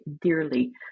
dearly